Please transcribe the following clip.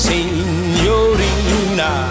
Signorina